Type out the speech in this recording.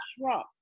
trump